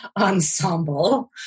ensemble